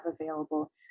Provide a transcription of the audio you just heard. available